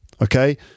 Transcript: Okay